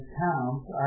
towns